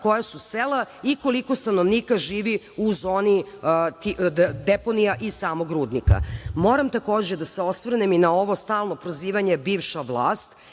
koja su sela i koliko stanovnika živi u zoni deponija i samog rudnika. Moram takođe da se osvrnem i na ovo stalno prozivanje – bivša vlast.